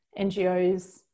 NGOs